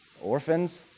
orphans